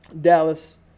Dallas